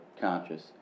conscious